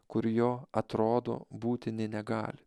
kur jo atrodo būti nė negali